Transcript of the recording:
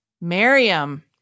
Miriam